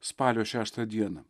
spalio šeštą dieną